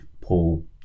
Paul